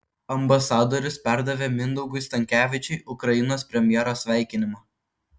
ambasadorius perdavė mindaugui stankevičiui ukrainos premjero sveikinimą